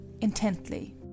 Intently